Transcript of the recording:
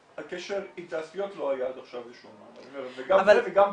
הקשר עם תעשיות לא היה עד עכשיו --- וזה גם פה.